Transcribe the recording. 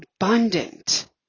abundant